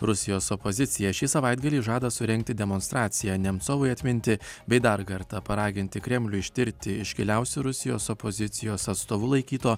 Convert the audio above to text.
rusijos opozicija šį savaitgalį žada surengti demonstraciją nemcovui atminti bei dar kartą paraginti kremlių ištirti iškiliausiu rusijos opozicijos atstovu laikyto